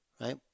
right